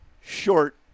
short